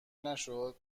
نشد